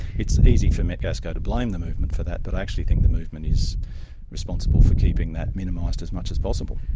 it's easy for metgasco to blame the movement for that but i actually think the movement is responsible for keeping that minimised as much as possible.